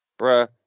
Bruh